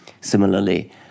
Similarly